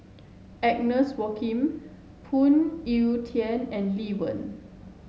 Agnes Phoon Yew Tien and Lee Wen